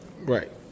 right